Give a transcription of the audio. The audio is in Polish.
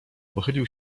pochylił